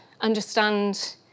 understand